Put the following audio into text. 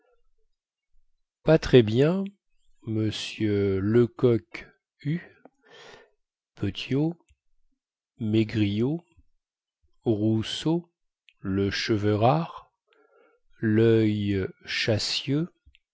pas très bien m lecoq hue petiot maigriot roussot le cheveu rare loeil